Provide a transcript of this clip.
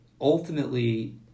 ultimately